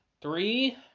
three